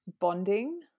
Bonding